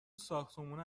ساختمونه